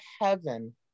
heaven